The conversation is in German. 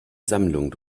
sammlung